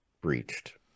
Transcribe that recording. breached